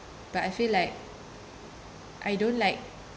like I feel like I don't like